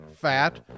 Fat